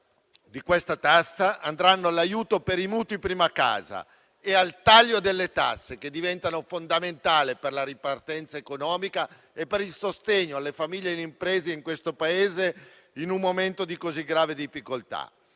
di questa tassa andranno all'aiuto per i mutui sulla prima casa e al taglio delle tasse, che diventa fondamentale per la ripartenza economica e per il sostegno alle famiglie e alle imprese di questo Paese, in un momento di così grave difficoltà.